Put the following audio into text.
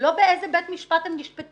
ולא בשאלה באיזה בית משפט הם נשפטו.